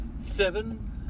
seven